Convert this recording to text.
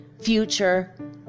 future